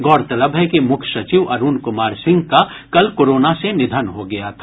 गौरतलब है कि मुख्य सचिव अरूण कुमार सिंह का कल कोरोना से निधन हो गया था